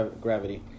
gravity